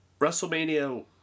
WrestleMania